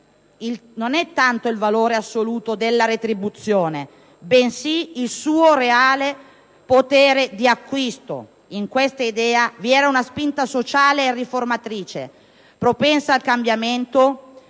non è tanto il valore assoluto della retribuzione, bensì il suo reale potere di acquisto. In questa idea vi era una spinta sociale e riformatrice, propensa al cambiamento,